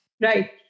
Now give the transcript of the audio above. Right